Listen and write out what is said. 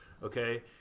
Okay